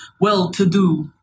well-to-do